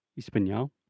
espanhol